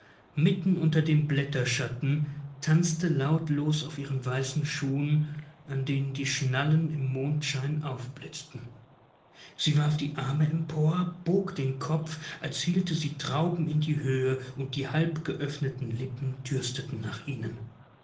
mitten unter dem blätterschatten tanzte lautlos auf ihren weißen schuhen an denen die schnallen im mondschein aufblitzten sie warf die arme empor bog den kopf als hielte sie trauben in die höhe und die halbgeöffneten lippen dürsteten nach ihnen